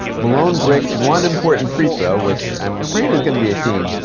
malone bricked one important free throw, which i'm afraid is gonna be a theme,